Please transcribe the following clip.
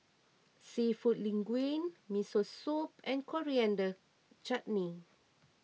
Seafood Linguine Miso Soup and Coriander Chutney